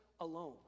alone